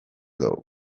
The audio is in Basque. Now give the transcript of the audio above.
dugu